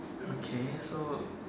okay so